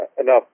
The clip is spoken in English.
enough